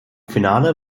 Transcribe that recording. finale